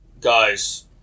guys